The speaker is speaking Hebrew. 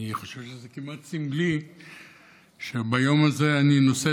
אני חושב שזה כמעט סמלי שביום הזה אני נושא